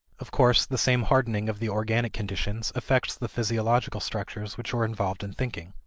of course, the same hardening of the organic conditions affects the physiological structures which are involved in thinking.